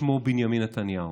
שמו בנימין נתניהו.